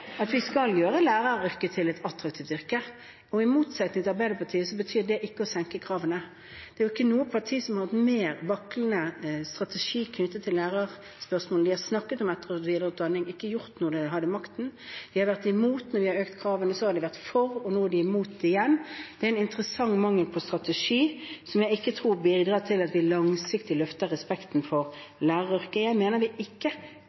at vi skal gjøre læreryrket til et attraktivt yrke. I motsetning til Arbeiderpartiet betyr det ikke å senke kravene. Det er jo ikke noe parti som har hatt en mer vaklende strategi knyttet til lærerspørsmål. De har snakket om etter- og videreutdanning, men ikke gjort noe da de hadde makten. De har vært imot når vi har økt kravene, og så har de vært for, og nå er de imot igjen. Det er en interessant mangel på strategi som jeg ikke tror bidrar til at vi langsiktig løfter respekten for læreryrket. Jeg mener vi ikke